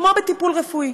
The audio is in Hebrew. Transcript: כמו בטיפול רפואי.